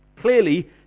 Clearly